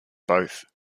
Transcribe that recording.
both